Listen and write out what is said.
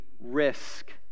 risk